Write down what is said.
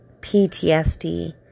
PTSD